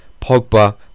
Pogba